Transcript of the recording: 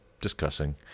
discussing